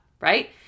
right